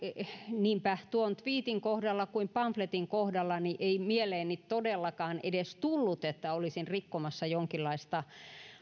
ei tuon tviitin kohdalla eikä myöskään pamfletin kohdalla mieleeni todellakaan edes tullut että olisin rikkomassa jonkinlaista